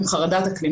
עם חרדת אקלים.